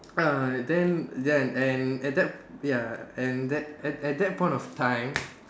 err then then and at that ya and that at that at that point of time